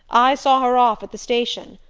i saw her off at the station.